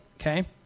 okay